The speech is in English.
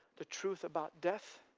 the truth about death,